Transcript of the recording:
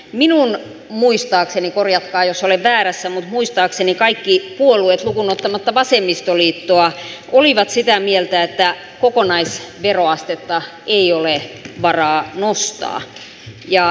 minun muistaakseni korjatkaa jos olen väärässä kaikki puolueet lukuun ottamatta vasemmistoliittoa olivat sitä mieltä että kokonaisveroastetta ei ole varaa nostaa